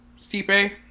Stipe